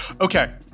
Okay